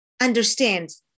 understands